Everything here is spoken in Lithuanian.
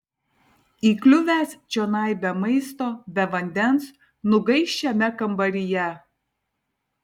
įkliuvęs čionai be maisto be vandens nugaiš šiame kambaryje